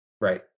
Right